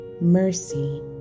mercy